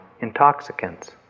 intoxicants